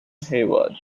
hayward